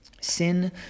Sin